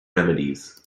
remedies